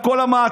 את כל המעטפת,